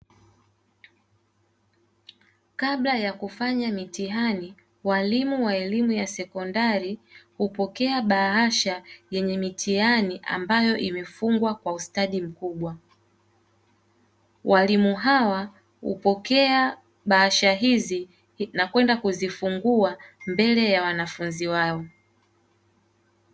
Kabla ya kufanya mitihani, walimu wa elimu ya sekondari hupokea bahasha yenye mitihani ambayo imefungwa kwa ustadi mkubwa. Walimu hawa hupokea bahasha na kwenda kufungua mbele ya wanafunzi wao.